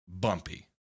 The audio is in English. bumpy